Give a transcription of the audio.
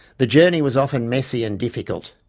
the journey was often messy and difficult.